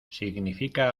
significa